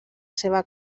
seva